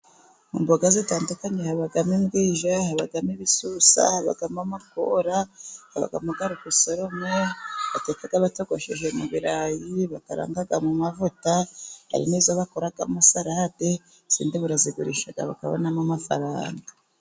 Mu mboga zitandukanye habamo imbwija habamo ibisusa, habamo amakora, habamo garukusorome batekaka batogoshije mu birarayi, bakararanga mu mavuta, hari n'izo bakoramo salade, izindi barazigurisha bakabonamo amafaranga.